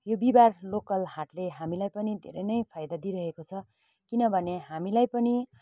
यो बिहीबार लोकल हाटले हामीलाई पनि धेरै नै फाइदा दिइरहेको छ किनभने हामीलाई पनि